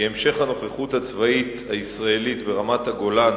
כי המשך הנוכחות הצבאית הישראלית ברמת-הגולן,